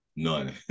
none